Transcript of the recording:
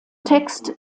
text